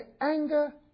anger